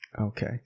Okay